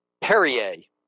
Perrier